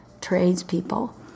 tradespeople